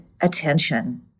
attention